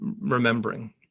remembering